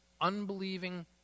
unbelieving